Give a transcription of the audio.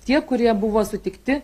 tie kurie buvo sutikti